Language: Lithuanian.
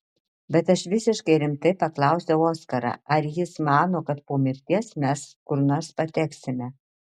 bet aš visiškai rimtai paklausiau oskarą ar jis mano kad po mirties mes kur nors pateksime